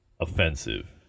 offensive